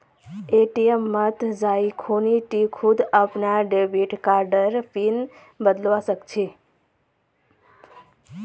ATM मत जाइ खूना टी खुद अपनार डेबिट कार्डर पिन बदलवा सख छि